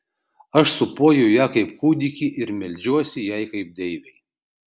aš sūpuoju ją kaip kūdikį ir meldžiuosi jai kaip deivei